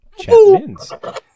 Chapmans